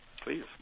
Please